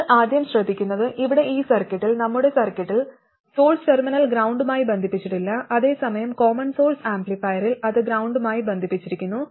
നിങ്ങൾ ആദ്യം ശ്രദ്ധിക്കുന്നത് ഇവിടെ ഈ സർക്യൂട്ടിൽ നമ്മുടെ സർക്യൂട്ടിൽ സോഴ്സ് ടെർമിനൽ ഗ്രൌണ്ടുമായി ബന്ധിപ്പിച്ചിട്ടില്ല അതേസമയം കോമൺ സോഴ്സ് ആംപ്ലിഫയറിൽ അത് ഗ്രൌണ്ടുമായി ബന്ധിപ്പിച്ചിരിക്കുന്നു